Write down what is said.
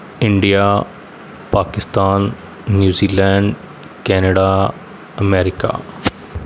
India Pakistan New Zealand Canada America